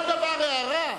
על כל דבר הערה?